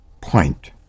point